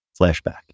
flashback